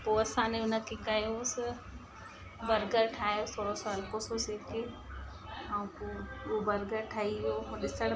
पोइ असां ने उनखे कयोसि बर्गर ठाहियोसि थोरो सो हल्को सो सेके ऐं पोइ उहो बर्गर ठही वियो हो ॾिसण